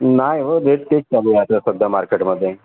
नाही हो रेट तेच चालू आहे आता सध्या मार्केटमध्ये